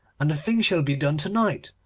and the thing shall be done to-night,